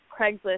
Craigslist